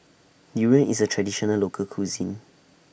Durian IS A Traditional Local Cuisine